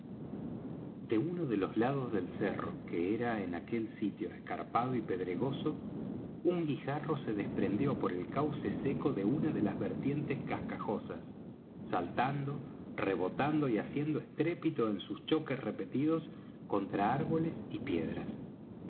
de uno de los lados del cerro que era en aquel sitio escarpado y pedregoso un guijarro se desprendió por el cauce seco de una de las vertientes cascajosas saltando rebotando y haciendo estrépito en sus choques repetidos contra árboles y piedras